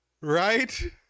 right